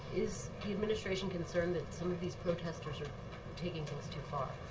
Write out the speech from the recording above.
is the administration concerned that some of these protesters are taking things too far?